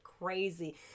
Crazy